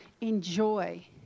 enjoy